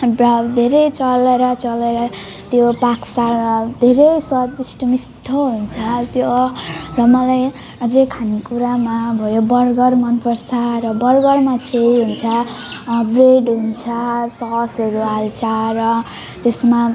धेरै चलाएर चलाएर त्यो पाक्छ र धेरै स्वादिष्ट मिठो हुन्छ त्यो मलाई अझ खाने कुरामा भयो बर्गर मन पर्छ र बर्गरमा चाहिँ हुन्छ ब्रेडहरू हुन्छ ससहरू हाल्छ र त्यसमा